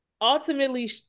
ultimately